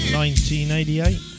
1988